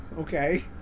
Okay